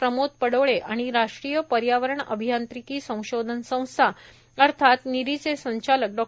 प्रमोद पडोळे आणि राष्ट्रीय पर्यावरण अभियांत्रिकी संशोधन संस्था अर्थात नीरीचे संचालक डॉ